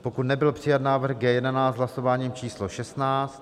pokud nebyl přijat návrh G11 hlasováním číslo šestnáct